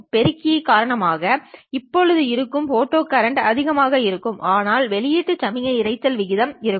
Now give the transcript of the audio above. பெருக்கி காரணமாக இப்போது இருக்கும் ஃபோட்டா கரண்ட் அதிகமாக இருக்கும் ஆனால் வெளியீட்டில் சமிக்கை இரைச்சல் விகிதம் இருக்கும்